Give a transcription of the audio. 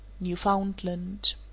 Newfoundland